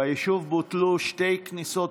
ביישוב בוטלו שתי כניסות,